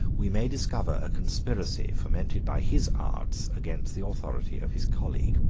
we may discover a conspiracy fomented by his arts against the authority of his colleague.